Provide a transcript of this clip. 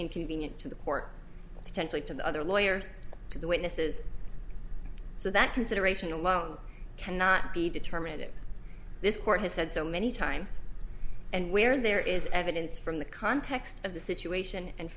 inconvenient to the court potentially to the other lawyers to the witnesses so that consideration alone cannot be determinative this court has said so many times and where there is evidence from the context of the situation and